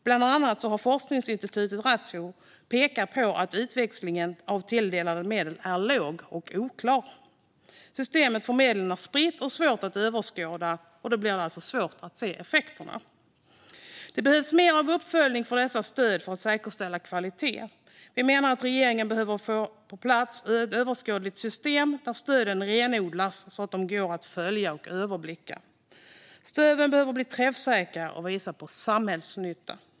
Bland annat har forskningsinstitutet Ratio pekat på att utväxlingen av tilldelade medel är låg och oklar. Systemet för medlen är spritt och svårt att överskåda, och då blir det också svårt att se effekterna. Det behövs mer uppföljning av dessa stöd för att säkerställa kvaliteten. Vi menar att regeringen behöver få på plats ett överskådligt system där stöden renodlas så att de går att följa och överblicka. Stöden behöver bli träffsäkra och visa på samhällsnytta.